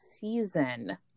season